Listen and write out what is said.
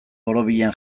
borobilean